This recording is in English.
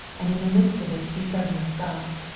and in the midst of it he suddenly stopped.